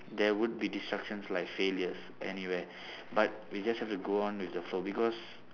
there would be distractions like failures anywhere but we just have to go on with the flow because